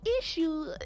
issue